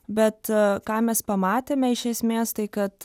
bet ką mes pamatėme iš esmės tai kad